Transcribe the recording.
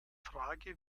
frage